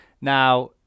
Now